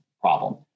problem